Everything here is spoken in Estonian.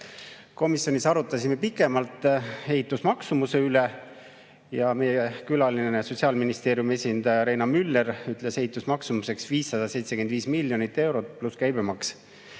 Komisjonis arutasime pikemalt ehitusmaksumuse üle. Meie külaline, Sotsiaalministeeriumi esindaja Reena Müller ütles ehitusmaksumuseks 575 miljonit eurot pluss käibemaks.